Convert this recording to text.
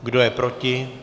Kdo je proti?